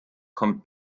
kommt